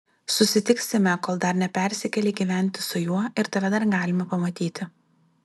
susitiksime kol dar nepersikėlei gyventi su juo ir tave dar galima pamatyti